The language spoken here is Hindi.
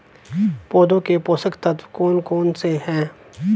पौधों के पोषक तत्व कौन कौन से हैं?